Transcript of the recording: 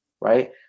right